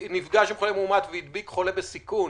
והדביק חולה בסיכון,